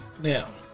Now